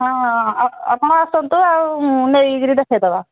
ହଁ ଆପଣ ଆସନ୍ତୁ ଆଉ ନେଇକିରି ଦେଖେଇଦେବା